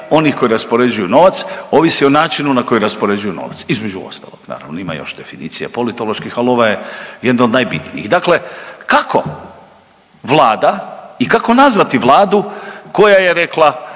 onih koji raspoređuju novac ovisi o načinu na koji raspoređuju novac između ostalih da, ima još definicija politoloških, ali ova je jedna od najbitnijih. Dakle kako Vlada i kako nazvati Vladu koja je rekla